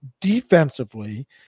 defensively